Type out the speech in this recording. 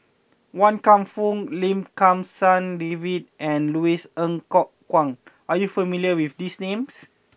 Wan Kam Fook Lim Kim San David and Louis Ng Kok Kwang are you not familiar with these names